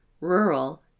rural